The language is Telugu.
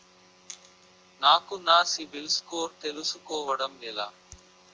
నాకు నా సిబిల్ స్కోర్ తెలుసుకోవడం ఎలా?